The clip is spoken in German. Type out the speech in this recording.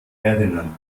erinnern